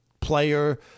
player